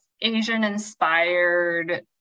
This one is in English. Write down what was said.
Asian-inspired